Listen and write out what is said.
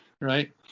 right